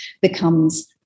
becomes